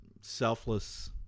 selfless